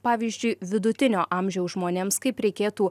pavyzdžiui vidutinio amžiaus žmonėms kaip reikėtų